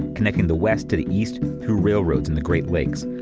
connecting the west to the east through railroads and the great lakes.